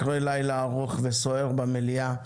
אחרי לילה ארוך וסוער במליאה.